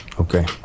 Okay